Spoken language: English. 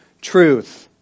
truth